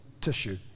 tissue